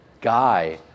guy